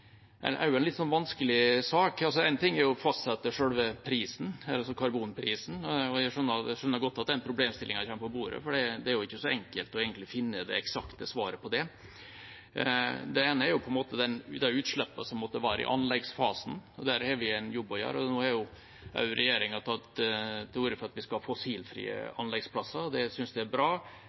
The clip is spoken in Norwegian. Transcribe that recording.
sak. Én ting er å fastsette selve karbonprisen, og jeg skjønner godt at problemstillingen kommer på bordet, for det er ikke så enkelt å finne det eksakte svaret på det. Det ene er de utslippene som måtte være i anleggsfasen, og der har vi en jobb å gjøre. Nå har regjeringa også tatt til orde for at vi skal ha fossilfrie anleggsplasser, og det synes jeg er bra.